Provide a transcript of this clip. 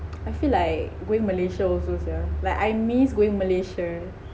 I feel like going malaysia also sia like I miss going malaysia